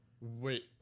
Wait